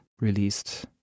released